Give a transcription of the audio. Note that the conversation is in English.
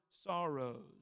sorrows